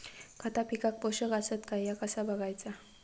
खता पिकाक पोषक आसत काय ह्या कसा बगायचा?